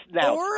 now